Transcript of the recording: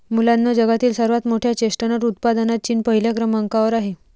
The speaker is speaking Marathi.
मुलांनो जगातील सर्वात मोठ्या चेस्टनट उत्पादनात चीन पहिल्या क्रमांकावर आहे